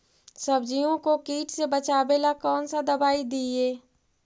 सब्जियों को किट से बचाबेला कौन सा दबाई दीए?